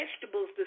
vegetables